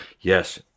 Yes